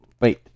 wait